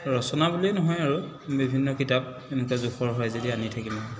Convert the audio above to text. ৰচনা বুলিয়েই নহয় আৰু বিভিন্ন কিতাপ এনেকুৱা জোখৰ হয় যদি আনি থাকিম আৰু